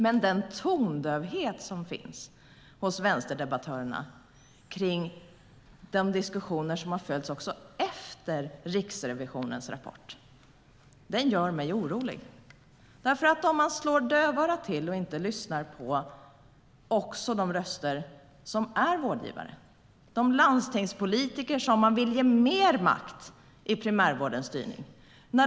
Men den tondövhet som finns hos vänsterdebattörerna också i de diskussioner som förts efter Riksrevisionens rapport gör mig orolig. Man slår dövörat till och lyssnar inte också på de röster som är vårdgivare, de landstingspolitiker som man vill ge mer makt i primärvårdens styrning.